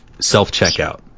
self-checkout